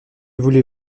voulez